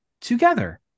together